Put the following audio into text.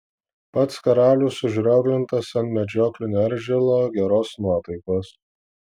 pats karalius užrioglintas ant medžioklinio eržilo geros nuotaikos